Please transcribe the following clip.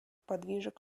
подвижек